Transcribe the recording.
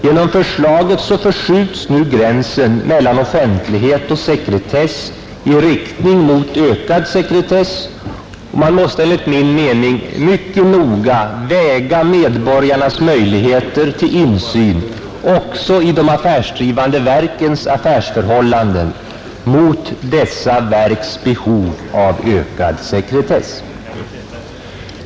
Genom förslaget förskjuts nu gränsen mellan offentlighet och sekretess i riktning mot ökad sekretess och man måste enligt min mening mycket noga väga medborgarnas möjligheter till insyn också i de affärsdrivande verkens affärsförhållanden mot dessa verks behov av ökad sekretess.